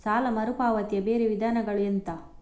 ಸಾಲ ಮರುಪಾವತಿಯ ಬೇರೆ ವಿಧಾನಗಳು ಎಂತ?